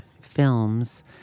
films